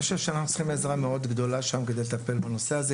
אני חושב שאנחנו צריכים עזרה מאוד גדולה כדי לטפל בנושא הזה,